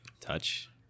Touch